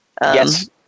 Yes